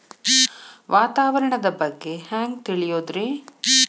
ವಾತಾವರಣದ ಬಗ್ಗೆ ಹ್ಯಾಂಗ್ ತಿಳಿಯೋದ್ರಿ?